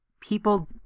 people